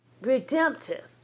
redemptive